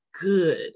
good